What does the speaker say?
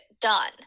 done